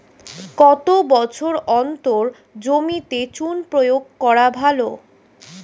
কত বছর অন্তর জমিতে চুন প্রয়োগ করা ভালো?